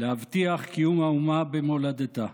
להבטיח קיום האומה במולדתה".